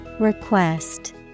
Request